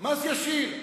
מס ישיר.